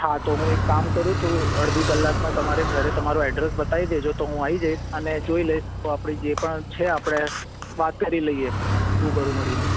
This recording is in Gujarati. હા તો હું એક કામ કરું છું અડધી કલાકમાં તમારે ઘરે તમારું એડ્રેસ બતાવી દેજો તો હું આવી જઈશ અને જોઈ લઈશ તો આપણે જે પણ છે આપણે વાત કરી લઈએ રૂબરૂ મળીને